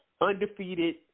undefeated